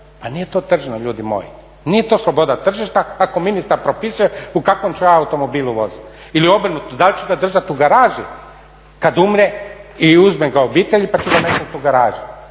Pa nije to tržno ljudi moji, nije to sloboda tržišta ako ministar propisuje u kakvom ću ja automobili voziti. Ili obrnuto da li ću ga držati u garaži kada umre i uzmem ga obitelji pa ću ga metnuti u garažu.